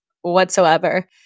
whatsoever